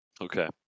Okay